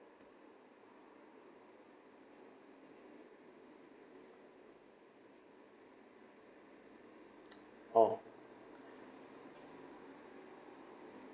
orh